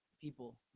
people